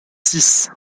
six